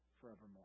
forevermore